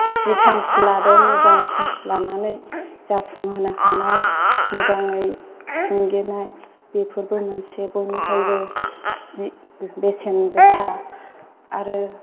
जि थांखि लादों मोजां थांखि लानानै जाफुं होनो हानानै मोजाङै थुंगेनाय बेफोरबो मोनसे बयनिफ्रायबो जि बेसेन गोसा आरो